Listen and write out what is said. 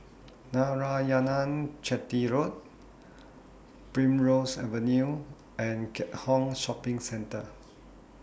Narayanan Chetty Road Primrose Avenue and Keat Hong Shopping Centre